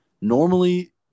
normally